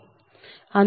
అందువలన V3fV2f j0